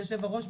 היושב-ראש,